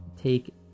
take